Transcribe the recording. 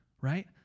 right